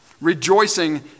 rejoicing